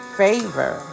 favor